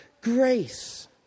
grace